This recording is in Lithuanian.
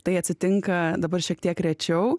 tai atsitinka dabar šiek tiek rečiau